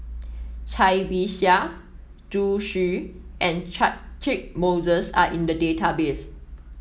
Cai Bixia Zhu Xu and Catchick Moses are in the database